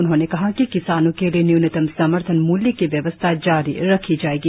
उन्होंने कहा कि किसानों के लिए न्यूनतम समर्थन मूल्य की वयवसथा जारी रखी जाएगी